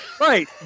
Right